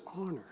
honor